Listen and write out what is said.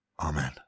Amen